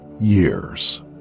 years